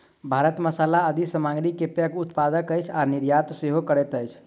भारत मसाला आदि सामग्री के पैघ उत्पादक अछि आ निर्यात सेहो करैत अछि